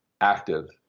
active